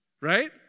Right